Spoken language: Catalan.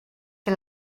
que